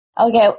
Okay